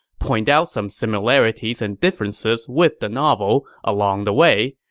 point out some similarities and differences with the novel along the way,